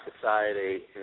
society